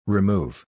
Remove